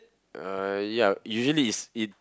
uh ya usually it's it